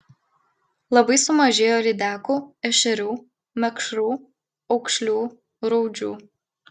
labai sumažėjo lydekų ešerių mekšrų aukšlių raudžių